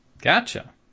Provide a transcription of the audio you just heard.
Gotcha